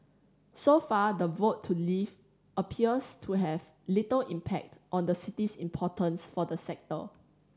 so far the vote to leave appears to have little impact on the city's importance for the sector